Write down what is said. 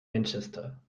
manchester